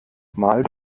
mal